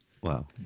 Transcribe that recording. Wow